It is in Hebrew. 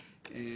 יוחנן,